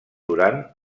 durant